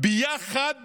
ביחד